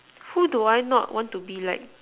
who do I not want be like